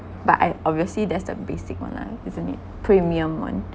but I obviously that's the basic one lah isn't it premium one